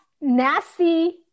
nasty